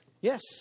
Yes